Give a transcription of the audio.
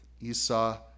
Esau